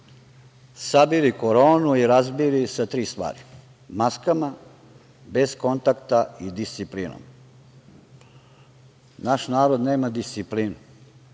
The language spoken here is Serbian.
sabili koronu i razbili sa tri stvari, maskama, bez kontakta i disciplinom. Naš narod nema disciplinu